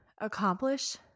accomplish